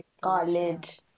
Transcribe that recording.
college